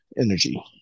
energy